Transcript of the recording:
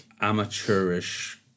amateurish